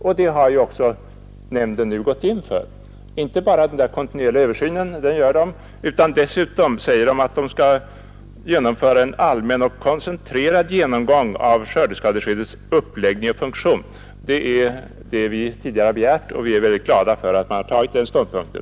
Detta har nämnden nu också gått in för. Det är inte bara fråga om den kontinuerliga översynen, utan nämnden säger dessutom att den skall genomföra en allmän och koncentrerad genomgång av skördeskadeskyddets uppläggning och funktion. Det är detta vi tidigare har begärt, och vi är väldigt glada för att nämnden har intagit den ståndpunkten.